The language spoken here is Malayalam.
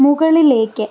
മുകളിലേക്ക്